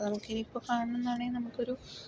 നമുക്കിപ്പോൾ കാണുന്നത് തന്നെ നമുക്കൊരു